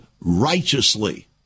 righteously